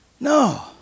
No